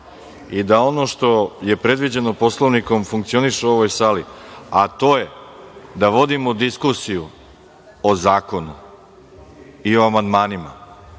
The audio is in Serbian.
i da ono što je predviđeno Poslovnikom funkcioniše u ovoj sali, a to je da vodimo diskusiju o zakonu i o amandmanima,